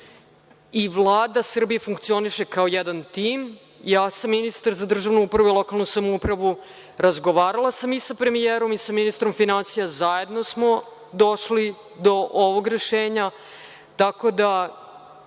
i Vlada Srbije funkcioniše kao jedan tim. Ja sam ministar za državnu upravu i lokalnu samoupravu, razgovarala i sa premijerom i sa ministrom finansija, zajedno smo došli do ovog rešenja, tako da,